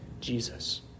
Jesus